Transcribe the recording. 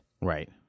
right